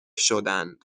شدند